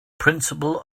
principle